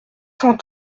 cent